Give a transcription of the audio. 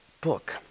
book